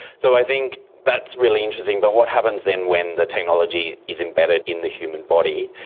so i think that's really interesting, but what happens then when the technology is embedded in the human body?